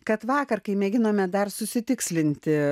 kad vakar kai mėginome dar susitikslinti